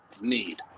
need